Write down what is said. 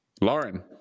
Lauren